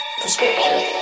Prescription